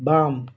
ବାମ